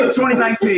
2019